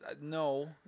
No